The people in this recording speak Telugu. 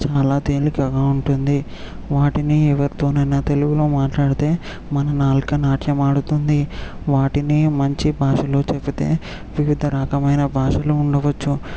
చాలా తేలికగా ఉంటుంది వాటిని ఎవరితోనైనా తెలుగులో మాట్లాడితే మన నాలుక నాట్యం ఆడుతుంది వాటిని మంచి భాషలో చెబితే వివిధ రకమైన భాషలు ఉండవచ్చు